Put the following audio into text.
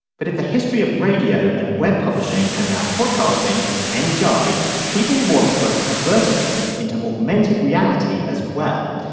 but if the history of radio and web publishing and now podcasting is any guide people will want to put advertisements into augmented reality as well.